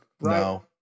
No